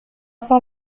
cent